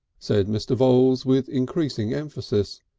said mr. voules with increasing emphasis,